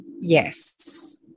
yes